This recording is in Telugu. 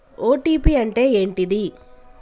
ఓ.టీ.పి అంటే ఏంటిది?